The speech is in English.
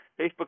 Facebook